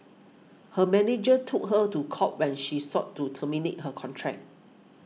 her manager took her to court when she sought to terminate her contract